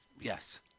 Yes